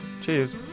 Cheers